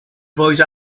voice